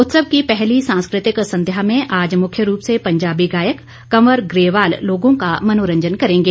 उत्सव की पहली सांस्कृतिक संध्या में आज मुख्य रूप से पंजाबी गायक कंवर ग्रेवाल लोगों का मनोरंजन करेंगे